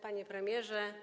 Panie Premierze!